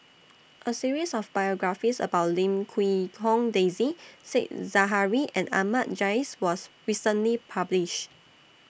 A series of biographies about Lim Quee Hong Daisy Said Zahari and Ahmad Jais was recently published